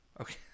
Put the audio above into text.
Okay